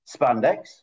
spandex